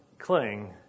cling